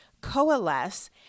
coalesce